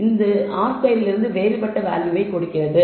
மேலும் இது r ஸ்கொயரிலிருந்து வேறுபட்ட வேல்யூவை கொடுக்கிறது